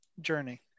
journey